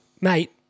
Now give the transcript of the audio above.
Mate